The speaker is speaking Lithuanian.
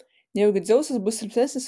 nejaugi dzeusas bus silpnesnis ir už jas